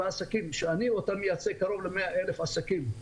העסקים אותם אני מייצג הם קרוב ל-100,000 עסקים.